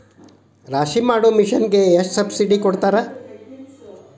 ರಾಶಿ ಮಾಡು ಮಿಷನ್ ಗೆ ಎಷ್ಟು ಸಬ್ಸಿಡಿ ಕೊಡ್ತಾರೆ?